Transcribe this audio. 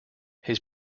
his